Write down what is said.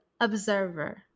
observer